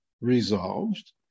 resolved